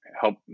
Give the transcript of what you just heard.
help